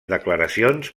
declaracions